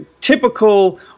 typical